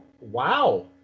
Wow